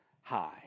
high